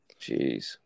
Jeez